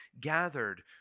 gathered